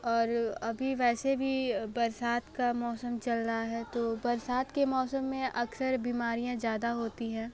और अभी वैसे भी बरसात का मौसम चल रहा है तो बरसात के मौसम में अक्सर बीमारियाँ ज़्यादा होती हैं